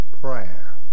prayer